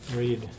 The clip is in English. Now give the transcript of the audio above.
read